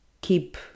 keep